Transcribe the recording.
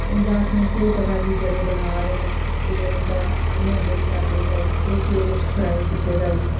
उं'दा असेंगी केह् पता जेह्डे़ बना दे न तेल उं'दा किन्ने दिन रौंह्दा पेदा केह् केह् बिच फ्राई कीते दा ई